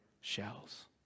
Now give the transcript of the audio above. shells